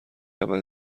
اول